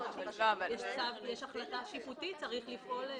יש החלטה שיפוטית וצריך לפעול על פיה.